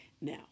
now